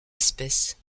espèces